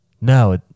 No